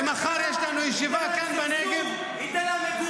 ומחר יש לנו ישיבה כאן בנגב -- ייתן להם --- ייתן להם שגשוג,